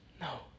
No